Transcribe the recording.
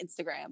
instagram